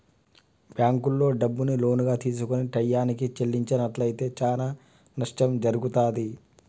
బ్యేంకుల్లో డబ్బుని లోనుగా తీసుకొని టైయ్యానికి చెల్లించనట్లయితే చానా నష్టం జరుగుతాది